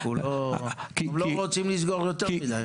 אנחנו לא רוצים לסגור יותר מדי.